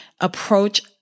approach